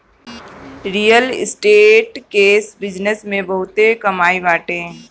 real estate के business में बहुते कमाई बाटे